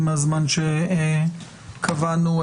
עמדת נפגעי העבירה.